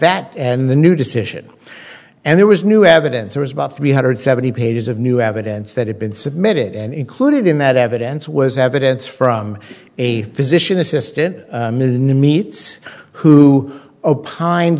that and the new decision and there was new evidence it was about three hundred seventy pages of new evidence that had been submitted and included in that evidence was evidence from a physician assistant ms new meets who opine